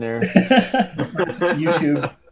YouTube